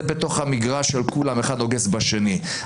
זה בתוך המגרש של כולם, אחד נוגס בשני.